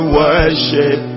worship